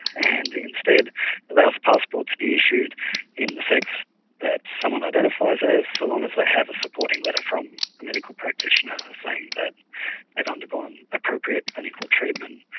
and instead allows a passport to be issued in the sex that someone identifies as, so long as they have the supporting letter from a medical practitioner saying that they've undergone appropriate clinical treatment.